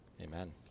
Amen